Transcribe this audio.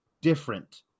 different